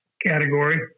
category